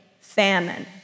famine